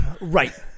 Right